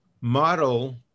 model